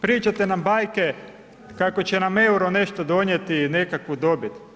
Pričate nam bajke, kako će nam euro nešto donijeti nekakvu dobit.